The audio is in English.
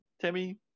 Timmy